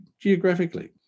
geographically